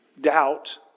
Doubt